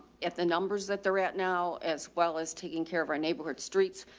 if the numbers that they're at now as well as taking care of our neighborhood streets.